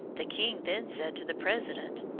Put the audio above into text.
the king then said to the president,